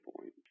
point